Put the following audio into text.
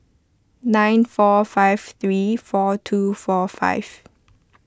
nine four five three four two four five